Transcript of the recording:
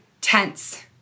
tense